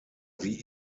sie